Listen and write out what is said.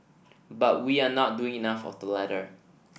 but we are not doing enough of the latter